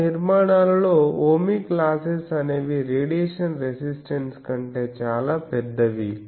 ఆ నిర్మాణాలలో ohmic losses అనేవి రేడియేషన్ రెసిస్టన్స్ కంటే చాలా పెద్దవి